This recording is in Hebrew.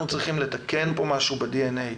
אנחנו צריכים לתקן פה משהו בדי-אן-אי.